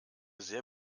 sehr